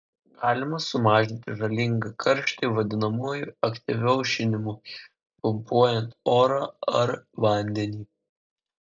galima sumažinti žalingą karštį vadinamuoju aktyviu aušinimu pumpuojant orą ar vandenį